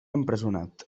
empresonat